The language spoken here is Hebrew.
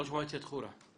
ראש מועצת חורה.